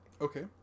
okay